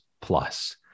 plus